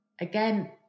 again